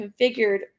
configured